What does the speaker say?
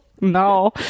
No